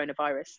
coronavirus